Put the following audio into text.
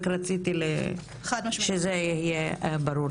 רק היה לי חשוב להגיד שזה יהיה ברור.